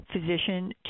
physician